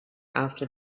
after